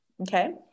Okay